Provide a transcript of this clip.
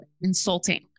insulting